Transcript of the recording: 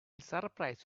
surprise